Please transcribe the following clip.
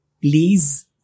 Please